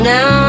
Now